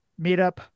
meetup